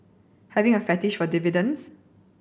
having a fetish for dividends